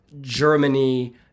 Germany